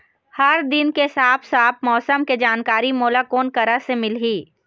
हर दिन के साफ साफ मौसम के जानकारी मोला कोन करा से मिलही?